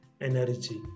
energy